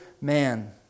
man